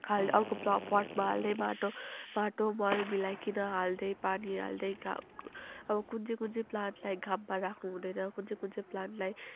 अर्को पटमा हाल्दै माटो माटो मल मिलाइकिन हाल्दै पानी हाल्दै अब कुन चाहिँ कुन चाहिँ प्लान्टलाई घाममा राख्नु हुँदैन कुन चाहिँ कुन चाहिँ प्लान्टलाई